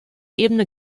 ebene